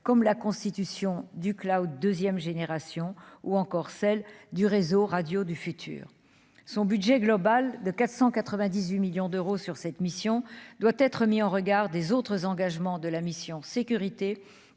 comme la constitution du Claude 2ème génération ou encore celle du réseau radio du futur son budget global de 498 millions d'euros sur cette mission doit être mis en regard des autres engagements de la mission sécurité